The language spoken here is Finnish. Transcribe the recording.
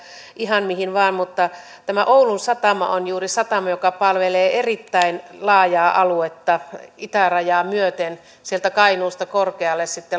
ihan mihin vain mutta tämä oulun satama on juuri satama joka palvelee erittäin laajaa aluetta itärajaa myöten sieltä kainuusta korkealle